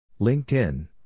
LinkedIn